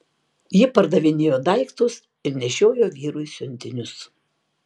ji pardavinėjo daiktus ir nešiojo vyrui siuntinius